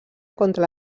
contra